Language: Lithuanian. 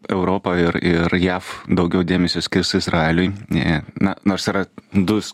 europa ir ir jav daugiau dėmesio skirs izraeliui ne na nors yra du s